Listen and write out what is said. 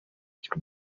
cy’u